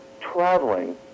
traveling